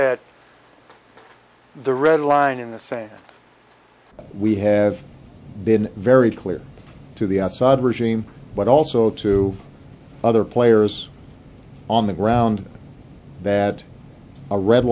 at the red line in the say we have been very clear to the outside regime but also to other players on the ground that a red